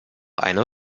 eine